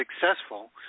successful